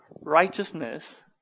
righteousness